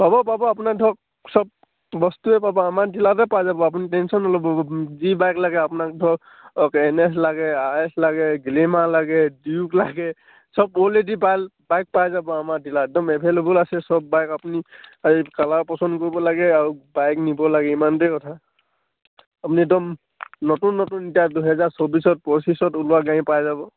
পাব পাব আপোনাক ধৰক চব বস্তুৱে পাব আমাৰ ডিলাৰতে পাই যাব আপুনি টেনশ্যন নল'ব বাইক লাগে আপোনাক ধৰক অ'কে এন এছ লাগে আই এছ লাগে গ্লেমাৰ লাগে ডিউক লাগে চব কুৱালিটি বাইক পাই যাব আমাৰ ডিলাৰত একদম এভেইলেবল আছে চব বাইক আপুনি এই কালাৰ পচন্দ কৰিব লাগে আৰু বাইক নিব লাগে ইমানটোৱেই কথা আপুনি একদম নতুন নতুন এতিয়া দুহেজাৰ চৌবিছত পঁচিছত ওলোৱা গাড়ী পাই যাব